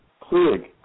clear